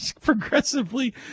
progressively